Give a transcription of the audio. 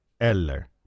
Eller